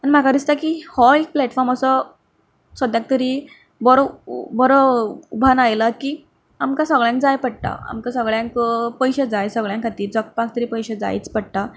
म्हाका दिसता की हो एक प्लेटफॉम असो सद्याक तरी बरो बरो उभान आयला की आमकां सगळ्यांक जाय पडटा आमकां सगळ्यांक पयशें जाय सगळ्यां खातीर जगपाक तरी पयशें जायच पडटा